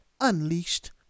Unleashed